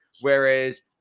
whereas